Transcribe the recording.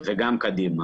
וגם קדימה.